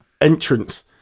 entrance